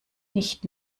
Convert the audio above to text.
nicht